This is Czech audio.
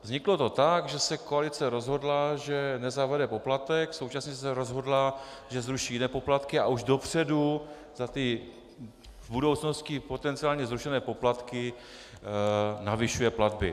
Vzniklo to tak, že se koalice rozhodla, že nezavede poplatek, současně se rozhodla, že zruší jiné poplatky, a už dopředu za ty v budoucnosti potenciálně zrušené poplatky navyšuje platby.